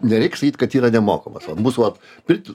nereik sakyt kad yra nemokamas vat bus vat pirtys